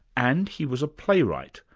and he was a playwright.